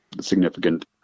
significant